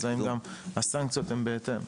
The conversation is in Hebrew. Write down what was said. אז האם גם הסנקציות הם בהתאם.